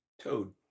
Toad